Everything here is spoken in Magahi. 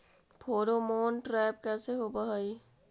फेरोमोन ट्रैप कैसे होब हई?